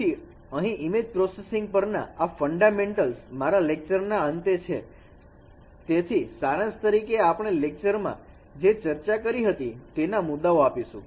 તેથી અહીં image processing પરના આ ફંડામેન્ટલ્સ મારા લેક્ચર ના અંતે છે અને તેથી સારાંશ તરીકે આપણે લેક્ચરમાં જે ચર્ચા કરી હતી તેના મુદ્દાઓ આપીશું